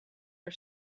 are